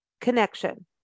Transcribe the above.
connection